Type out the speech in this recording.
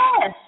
Yes